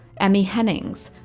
emmy hennings,